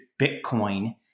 Bitcoin